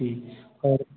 जी और